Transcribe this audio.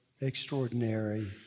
extraordinary